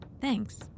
Thanks